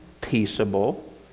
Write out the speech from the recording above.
peaceable